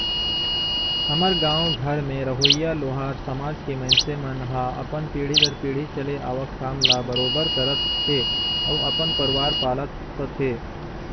हमर गाँव घर में रहोइया लोहार समाज के मइनसे मन ह अपन पीढ़ी दर पीढ़ी चले आवक काम ल बरोबर करत हे अउ अपन परवार पालत पोसत हे